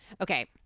Okay